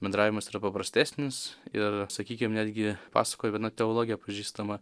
bendravimas yra paprastesnis ir sakykim netgi pasakojo viena teologė pažįstama